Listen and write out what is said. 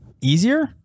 easier